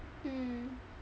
mm